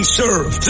serve